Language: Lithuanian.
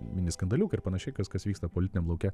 mini skandaliukai ir panašiai kas kas vyksta politiniam lauke